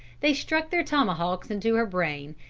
they struck their tomahawks into her brain,